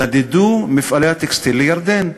נדדו מפעלי הטקסטיל לירדן,